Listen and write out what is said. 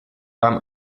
beim